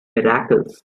miracles